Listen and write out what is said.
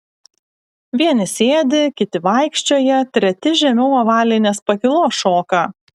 vieni sėdi kiti vaikščioja treti žemiau ovalinės pakylos šoka